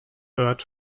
bird